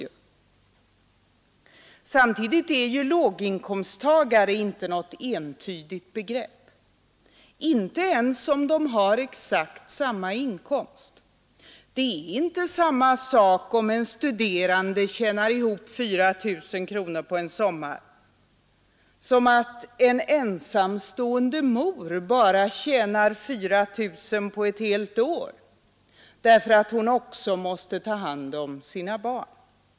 Låginkomsttagare är heller inte något entydigt begrepp, inte ens om de har exakt samma inkomst. Om en studerande under en sommar tjänar ihop 4 000 kronor, så är det inte samma sak som att en ensamstående mor bara tjänar 4 000 kronor under ett helt år, ty hon måste också ta hand om sina barn.